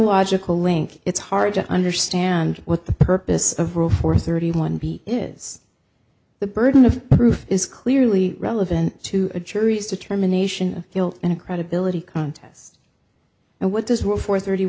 logical link it's hard to understand what the purpose of room for thirty one b is the burden of proof is clearly relevant to a jury's determination field and credibility contest and what does work for thirty